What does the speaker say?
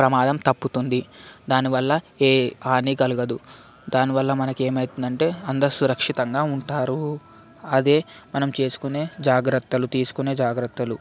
ప్రమాదం తప్పుతుంది దానివల్ల ఏ హాని కల్గదు దానివల్ల మనకు ఏమైతుందంటే అందరు సురక్షితంగా ఉంటారు అదే మనం చేసుకునే జాగ్రత్తలు తీసుకునే జాగ్రత్తలు